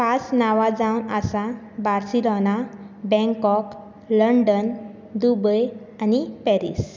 पांच नांवां जावन आसात बार्सिलोना बेंकॉक लंडन दुबय आनी पॅरिस